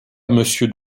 monsieur